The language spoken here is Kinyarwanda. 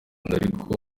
ariko